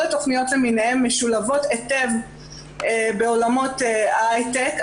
התכניות למיניהן משולבות היטב בעולמות ההייטק,